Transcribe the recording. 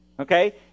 Okay